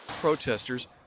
Protesters